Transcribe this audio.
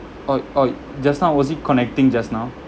orh orh just now was it connecting just now